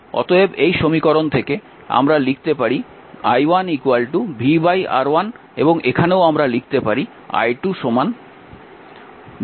অতএব এই সমীকরণ থেকে আমরা লিখতে পারি i1 v R1 এবং এখানেও আমরা লিখতে পারি i2 v R2